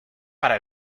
para